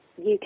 UK